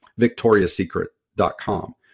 victoriasecret.com